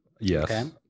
Yes